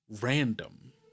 random